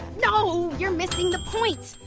no, you're missing the point.